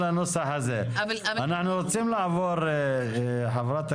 שאנחנו מתחילים עכשיו